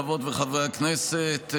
חברות וחברי הכנסת,